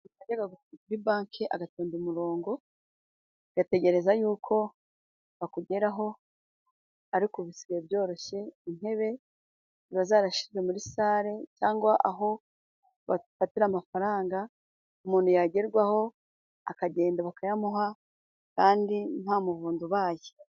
Yajyaga kuri banki agatonda umurongo, agategereza yuko bakugeraho, ariko bisigaye byoroshye, intebe ziba zarashyire muri sale cyangwa aho bafatira amafaranga, umuntu yagerwaho akagenda bakayamuha kandi nta muvundo ubaye.